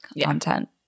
content